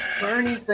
Bernie